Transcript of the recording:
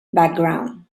background